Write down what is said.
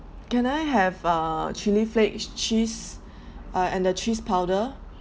can I have uh chilli flakes cheese uh and the cheese powder